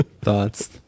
Thoughts